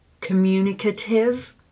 communicative